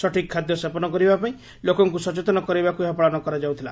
ସଠିକ୍ ଖାଦ୍ୟ ସେବନ କରିବା ପାଇଁ ଲୋକକ୍ ସଚେତନ କରାଇବାକୁ ଏହା ପାଳନ କରାଯାଉଥିଲା